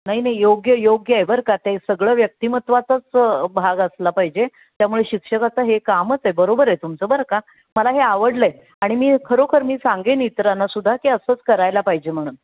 नाही नाही योग्य योग्य आहे बरं का ते सगळं व्यक्तिमत्वाचाच भाग असला पाहिजे त्यामुळे शिक्षकाचं हे कामच आहे बरोबर आहे तुमचं बरं का मला हे आवडलं आहे आणि मी खरोखर मी सांगेन इतरांना सुद्धा की असंच करायला पाहिजे म्हणून